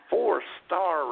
Four-star